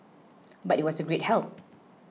but it was a great help